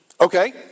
okay